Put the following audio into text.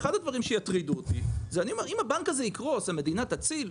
אחד הדברים שיטרידו אותי זה השאלה אם המדינה תציל או